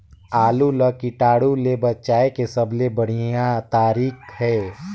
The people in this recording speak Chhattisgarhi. आलू ला कीटाणु ले बचाय के सबले बढ़िया तारीक हे?